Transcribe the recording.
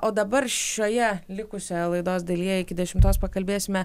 o dabar šioje likusioje laidos dalyje iki dešimtos pakalbėsime